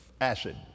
acid